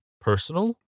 personal